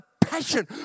passion